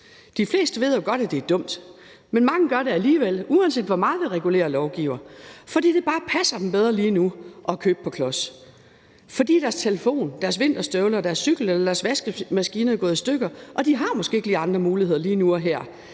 De fleste ved jo godt, at det er dumt, men mange gør det alligevel, uanset hvor meget vi regulerer og lovgiver, fordi det bare passer dem bedre lige nu at købe på klods, fordi deres telefon, deres vinterstøvler, deres cykel eller deres vaskemaskine er gået i stykker, og de måske ikke lige har andre muligheder lige nu og her